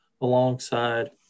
alongside